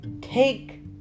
Take